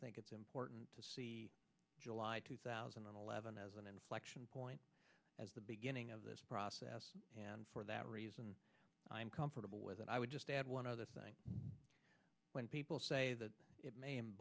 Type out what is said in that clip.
think it's important to july two thousand and eleven as an inflection point as the beginning of this process and for that reason i'm comfortable with that i would just add one other thing when people say that it may